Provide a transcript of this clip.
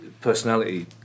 personality